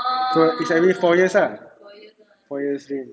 so is only four years four years range